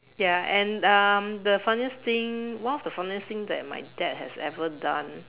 ya and um the funniest thing one of the funniest thing that my dad has ever done